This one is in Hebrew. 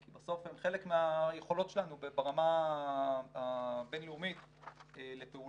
בסוף הם חלק מהיכולות שלנו ברמה הבינלאומית לפעולה,